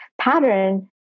pattern